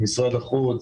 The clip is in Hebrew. עם משרד החוץ,